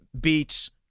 beats